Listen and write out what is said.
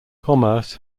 commerce